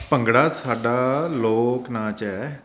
ਭੰਗੜਾ ਸਾਡਾ ਲੋਕ ਨਾਚ ਹੈ